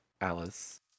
Alice